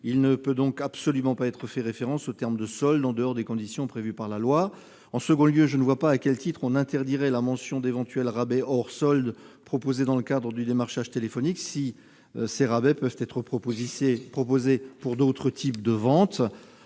Il ne peut donc absolument pas être fait référence au terme « soldes » en dehors des conditions prévues par la loi. En second lieu, je ne vois pas à quel titre on interdirait la mention d'éventuels rabais hors soldes proposés dans le cadre d'un démarchage téléphonique si ces rabais peuvent être proposés pour d'autres types de vente.